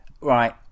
right